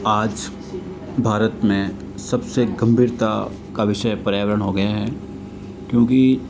आज भारत में सबसे गंभीरता का विषय पर्यावरण हो गया है क्योंकि